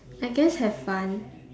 I guess have fun